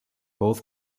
both